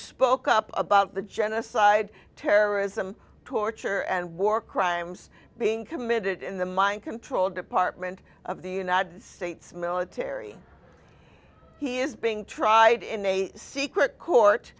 spoke up about the genocide terrorism torture and war crimes being committed in the mind control department of the united states military he is being tried in a secret court